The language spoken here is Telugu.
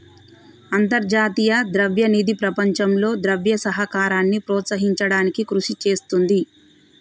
అంతర్జాతీయ ద్రవ్య నిధి ప్రపంచంలో ద్రవ్య సహకారాన్ని ప్రోత్సహించడానికి కృషి చేస్తుంది